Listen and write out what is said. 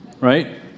right